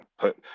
put